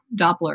Doppler